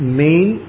main